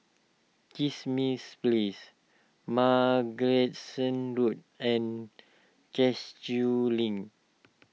Kismis Place Road and Link